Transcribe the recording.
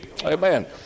Amen